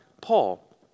Paul